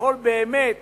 שיכול באמת